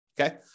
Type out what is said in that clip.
okay